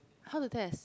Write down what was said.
how to test